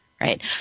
Right